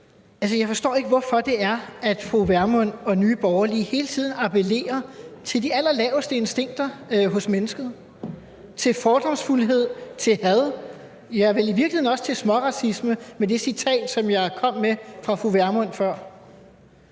Jeg forstår ikke, hvorfor fru Pernille Vermund og Nye Borgerlige hele tiden appellerer til de allerlaveste instinkter hos mennesket, til fordomsfuldhed, til had, ja, i virkeligheden også til småracisme med det citat, som jeg kom med fra fru Pernille